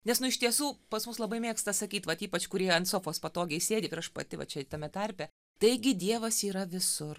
nes nu iš tiesų pas mus labai mėgsta sakyt vat ypač kurie ant sofos patogiai sėdi ir aš pati va čia tame tarpe taigi dievas yra visur